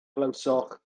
glywsoch